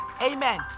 amen